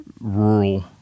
rural